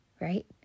right